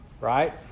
right